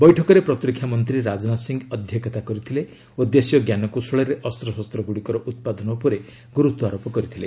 ବୈଠକରେ ପ୍ରତିରକ୍ଷା ମନ୍ତ୍ରୀ ରାଜନାଥ ସିଂହ ଅଧ୍ୟକ୍ଷତା କରିଥିଲେ ଓ ଦେଶୀୟ ଜ୍ଞାନକୌଶଳରେ ଅସ୍ତଶସ୍ତଗୁଡ଼ିକର ଉତ୍ପାଦନ ଉପରେ ଗୁରୁତ୍ୱ ଆରୋପ କରିଥିଲେ